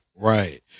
Right